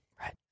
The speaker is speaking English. right